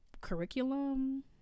curriculum